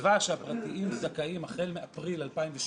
נקבע שהפרטיים זכאים החל מאפריל 2017